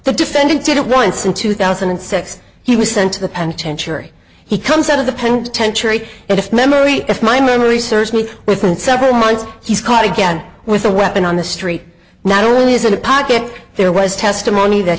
the defendant did it once in two thousand and six he was sent to the penitentiary he comes out of the penitentiary and if memory if my memory serves me within several months he's caught again with a weapon on the street not only isn't a pocket there was testimony that